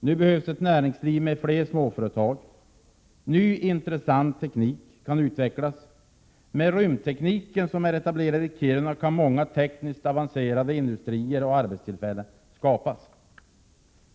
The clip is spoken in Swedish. Nu behövs ett näringsliv med fler småföretag. Ny intressant teknik kan utvecklas. Med rymdtekniken, som är etablerad till Kiruna, kan många tekniskt avancerade industrier och arbetstillfällen skapas.